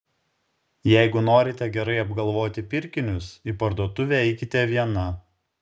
jeigu norite gerai apgalvoti pirkinius į parduotuvę eikite viena